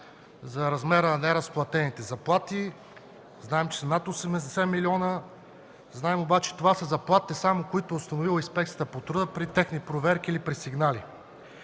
размера на неразплатените заплати – над 80 милиона. Знаем обаче, че това са само заплатите, които е установила Инспекцията по труда при техни проверки или при сигнали.